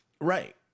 Right